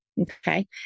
Okay